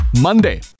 Monday